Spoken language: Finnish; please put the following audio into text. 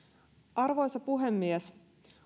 arvoisa puhemies